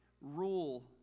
rule